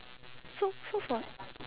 so so for